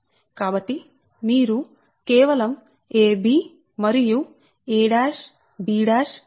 కాబట్టి మీరు కేవలం ab మరియు a b పరిగణించాలి